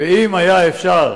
אם היה אפשר